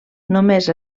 només